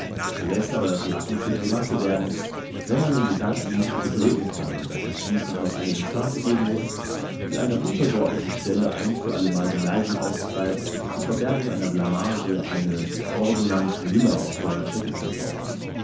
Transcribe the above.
läßt aber das lachen zur grimasse werden wenn man den gedanken nicht unterdrücken kann daß es schließlich noch eine instanz geben muß die einer untergeordneten stelle ein für allemal die neigung austreibt zur verbergung einer blamage eine ordonnanz müller aus der manschette zu zaubern